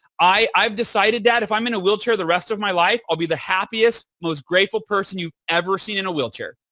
i've decided, dad, if i'm in a wheelchair the rest of my life, i'll be the happiest, most grateful person you'd ever seen in a wheelchair.